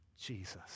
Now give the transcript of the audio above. Jesus